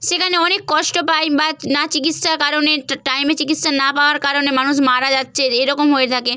সেখানে অনেক কষ্ট পায় বা না চিকিৎসার কারণে টাইমে চিকিৎসা না পাওয়ার কারণে মানুষ মারা যাচ্ছে এরকম হয়ে থাকে